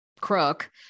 crook